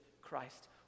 Christ